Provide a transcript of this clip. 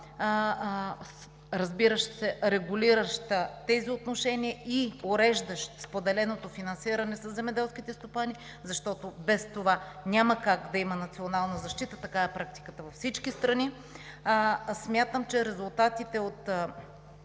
на закона, регулиращ тези отношения и уреждащ споделеното финансиране със земеделските стопани, защото без това няма как да има национална защита – такава е практиката във всички страни, смятам, че резултатите от